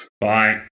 Bye